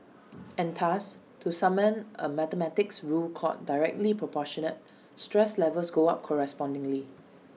and thus to summon A mathematics rule called directly Proportional stress levels go up correspondingly